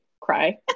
cry